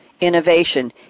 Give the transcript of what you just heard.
innovation